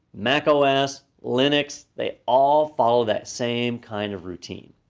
macos, linux, they all follow that same kind of routine.